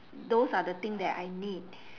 those are the thing that I need